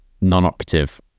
non-operative